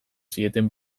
zieten